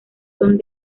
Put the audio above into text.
son